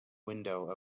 windows